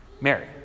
Mary